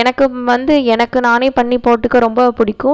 எனக்கு வந்து எனக்கு நானே பண்ணி போட்டுக்க ரொம்ப பிடிக்கும்